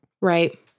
right